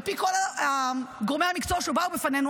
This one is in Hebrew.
על פי כל גורמי המקצוע שבאו בפנינו,